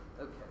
Okay